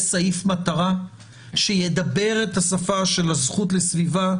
סעיף מטרה שידבר את השפה של הזכות לסביבה,